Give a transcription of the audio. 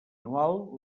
anual